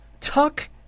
Tuck